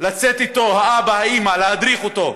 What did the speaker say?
לצאת איתו, האבא, האימא, ולהדריך אותו.